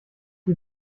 die